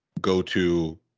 go-to